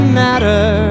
matter